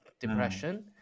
depression